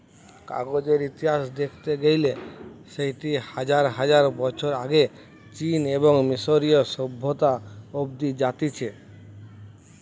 কাগজের ইতিহাস দেখতে গেইলে সেটি হাজার হাজার বছর আগে চীন এবং মিশরীয় সভ্যতা অব্দি জাতিছে